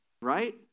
right